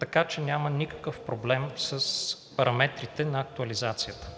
така че няма никакъв проблем с параметрите на актуализацията.